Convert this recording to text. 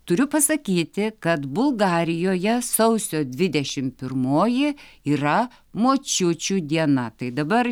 turiu pasakyti kad bulgarijoje sausio dvidešimt pirmoji yra močiučių diena tai dabar